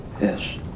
Yes